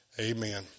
amen